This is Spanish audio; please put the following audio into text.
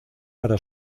para